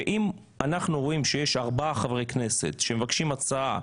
ואם אנחנו רואים שיש ארבעה חברי כנסת שמבקשים הצעה,